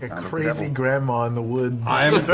ah crazy grandma in the woods.